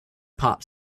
pop